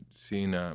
seeing